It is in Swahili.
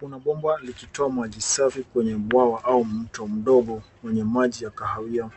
Kuna bomba likitoa maji safi kwenye bwawa au mto mdogo wenye maji ya kahawia.